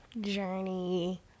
journey